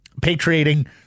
patriating